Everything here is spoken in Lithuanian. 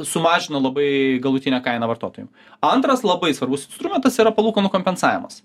sumažino labai galutinę kainą vartotojam antras labai svarbus instrumentas yra palūkanų kompensavimas